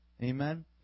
Amen